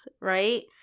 right